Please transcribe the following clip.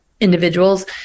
individuals